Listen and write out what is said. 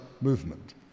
movement